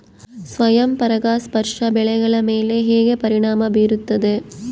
ಸ್ವಯಂ ಪರಾಗಸ್ಪರ್ಶ ಬೆಳೆಗಳ ಮೇಲೆ ಹೇಗೆ ಪರಿಣಾಮ ಬೇರುತ್ತದೆ?